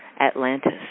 Atlantis